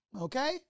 Okay